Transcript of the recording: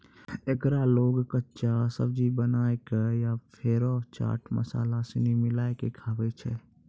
एकरा लोग कच्चा, सब्जी बनाए कय या फेरो चाट मसाला सनी मिलाकय खाबै छै